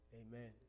amen